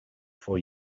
for